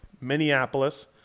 Minneapolis